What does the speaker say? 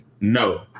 No